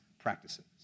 practices